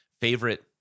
favorite